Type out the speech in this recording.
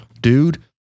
Dude